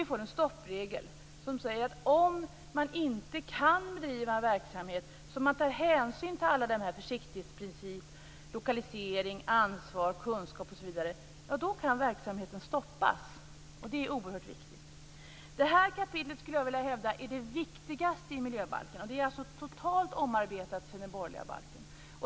Vi får en stoppregel som säger att om man inte kan bedriva en verksamhet som tar hänsyn till försiktighetsprincip, lokalisering, ansvar, kunskap osv. kan verksamheten stoppas. Det är oerhört viktigt. Det här kapitlet skulle jag vilja hävda är det viktigaste i miljöbalken. Det är alltså totalt omarbetat sedan den borgerliga balken.